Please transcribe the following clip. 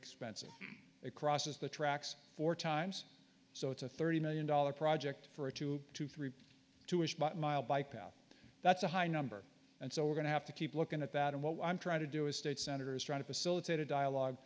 expensive across the tracks for times so it's a thirty million dollars project for a two to three to a mile bike path that's a high number and so we're going to have to keep looking at that and what i'm trying to do is state senator is trying to facilitate a dialogue